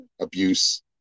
abuse